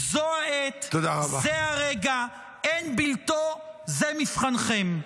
זו העת, זה הרגע, אין בלתו, זה מבחנכם.